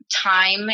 time